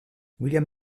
william